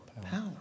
Power